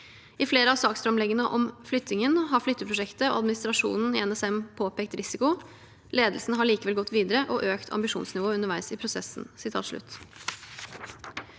«I flere av saksframleggene om flyttingen har flytteprosjektet og administrasjonen i NSM påpekt risiko. Ledelsen har likevel gått videre og økt ambisjonen underveis i prosessen.»